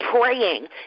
praying –